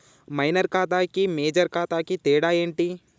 Minor ఖాతా కి major ఖాతా కి తేడా ఏంటి?